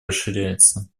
расширяется